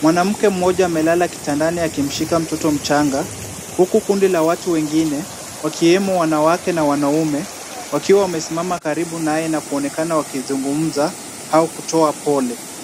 Mwanamke mmoja amelala kitandani akimshika mtoto mchanga, huku kundi la watu wengine wakiwemo wanawake na wanaume, wakiwa wamesimama karibu naye na kuonekana wakizungimza au kutoa pole.